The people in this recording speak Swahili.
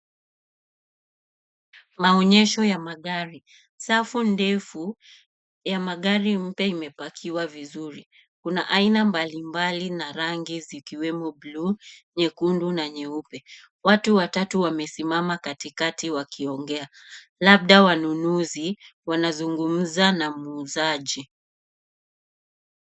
Maonyesho ya magari, safu ndefu ya magari mpya imepakiwa vizuri. Kuna aina mbalimbali na rangi zikiwemo bluu, nyekundu na nyeupe. Watu watatu wamesimama katikati wakiongea, labda wanunuzi wanazungumza na muuzaji.